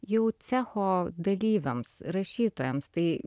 jau cecho dalyviams rašytojams tai